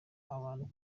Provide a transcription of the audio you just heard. abantu